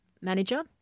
manager